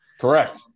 Correct